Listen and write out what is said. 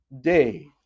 day